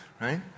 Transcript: Right